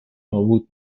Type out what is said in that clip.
نابود